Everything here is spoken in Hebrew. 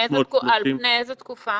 על פני איזה תקופה?